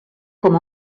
com